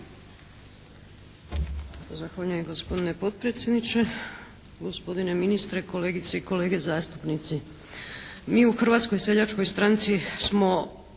Zahvaljujem gospodine potpredsjedniče, gospodine ministre, kolegice i kolege zastupnici. Mi u Hrvatskoj seljačkoj stranci smo